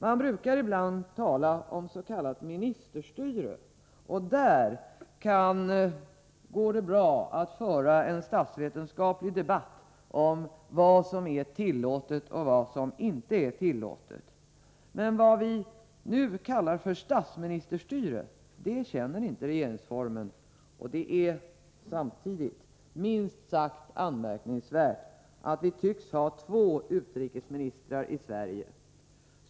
Man brukar ibland tala om s.k. ministerstyre, och på den punkten går det bra att föra en statsvetenskaplig debatt om vad som är tillåtet och vad som inte är tillåtet. Men vad vi nu kallar för statsministerstyre känner inte regeringsformen. Det är samtidigt minst sagt anmärkningsvärt att vi tycks ha två utrikesministrar i Sverige.